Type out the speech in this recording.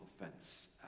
offense